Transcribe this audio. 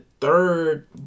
third